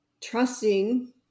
trusting